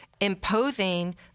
imposing